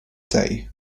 day